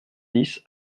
dix